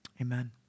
Amen